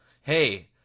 Hey